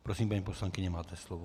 Prosím, paní poslankyně, máte slovo.